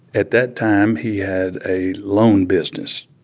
at that time, he had a loan business